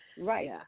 Right